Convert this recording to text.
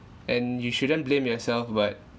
and you shouldn't blame yourself but